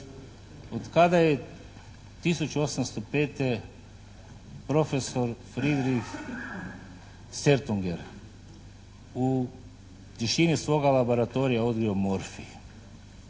od kada je 1805. profesor Friedrich Sertunger u tišini svoga laboratorija otkrio morfij.